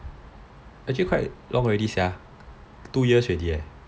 actually quite long already sia two years already leh